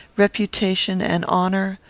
reputation, and honour,